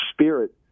spirit